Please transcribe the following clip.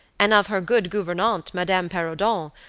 and of her good gouvernante, madame perrodon,